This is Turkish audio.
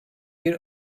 bir